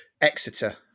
Exeter